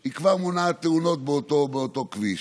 והיא כבר מונעת תאונות באותו כביש.